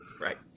Right